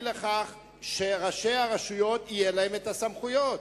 לכך שלראשי הרשויות יהיו הסמכויות,